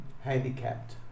handicapped